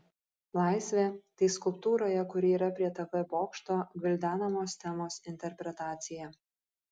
laisvė tai skulptūroje kuri yra prie tv bokšto gvildenamos temos interpretacija